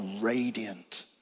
radiant